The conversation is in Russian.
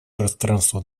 пространство